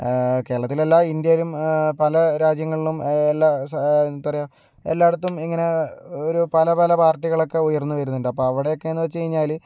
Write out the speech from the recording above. കേരളത്തിലല്ല ഇന്ത്യയിലും പല രാജ്യങ്ങളിലും എല്ലാ എന്താ പറയുക എല്ലായിടത്തും ഇങ്ങനെ ഒരു പല പല പാർട്ടികളൊക്കെ ഉയർന്നു വരുന്നുണ്ട് അപ്പോൾ അവിടെയൊക്കെയെന്ന് വച്ച് കഴിഞ്ഞാൽ